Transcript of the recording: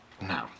No